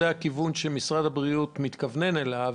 הרי אנחנו מבינים שזה הכיוון שמשרד הבריאות מכוון אליו,